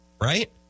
right